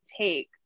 take